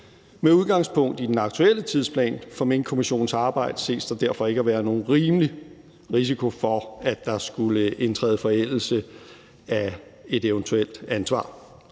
Med udgangspunkt i den aktuelle tidsplan for Minkkommissionens arbejde ses der derfor ikke at være nogen rimelig risiko for, at der skulle indtræde forældelse af et eventuelt ansvar.